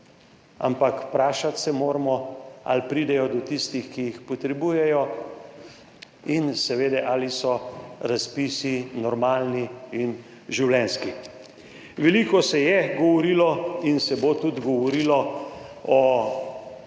ampak vprašati se moramo ali pridejo do tistih, ki jih potrebujejo in seveda ali so razpisi normalni in življenjski. Veliko se je govorilo in se bo tudi govorilo o